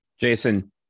Jason